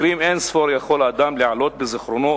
מקרים אין-ספור יכול אדם להעלות בזיכרונו.